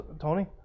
Tony